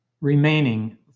remaining